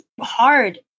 hard